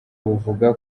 buvuga